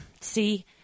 See